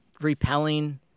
repelling